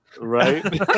Right